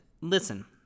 listen